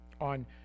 on